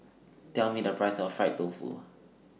Tell Me The Price of Fried Tofu